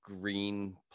green